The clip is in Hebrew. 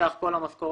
מסך כל המשכורת